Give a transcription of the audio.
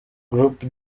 group